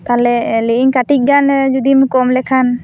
ᱛᱟᱦᱚᱞᱮ ᱞᱟᱹᱭ ᱤᱧ ᱠᱟᱹᱴᱤᱡ ᱜᱟᱱ ᱡᱩᱫᱤᱢ ᱠᱚᱢ ᱞᱮᱠᱷᱟᱱ